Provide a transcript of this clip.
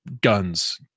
guns